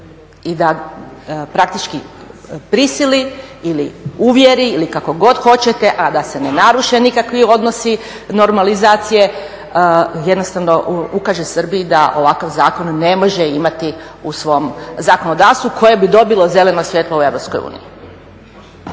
i da praktički prisili ili uvjeri ili kako god hoćete, a da se ne naruše nikakvi odnosi normalizacije, jednostavno ukaže Srbiji da ovakav zakon ne može imati u svom zakonodavstvu koje bi dobilo zeleno svjetlo u